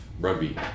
rugby